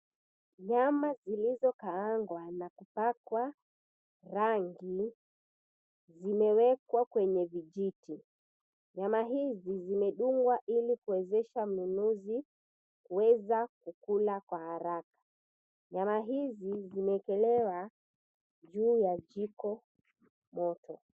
Nyama zilizokaangwa na kupakwa rangi zimewekwa kwenye vijiti, nyama hizi zimedungwa ilikuwezesha mnunuzi kuweza kukula kwa haraka nyama hizi zimewekelewa juu ya jiko moto.